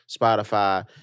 Spotify